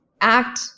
act